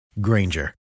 Granger